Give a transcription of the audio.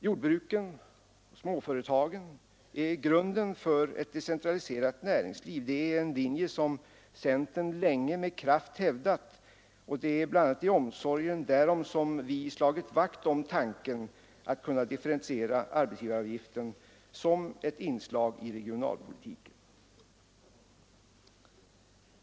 Jordbruket och småföretagen är grunden för ett decentraliserat näringsliv — det är en linje som centern länge med kraft hävdat, och det är bl.a. i omsorgen därom som vi slagit vakt om tanken att kunna differentiera arbetsgivaravgiften som ett inslag i regionalpolitiken.